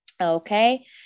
Okay